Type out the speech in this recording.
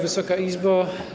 Wysoka Izbo!